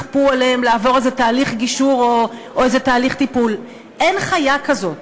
יכפו עליהם לעבור איזה תהליך גישור או איזה תהליך טיפול: אין חיה כזאת.